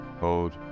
hold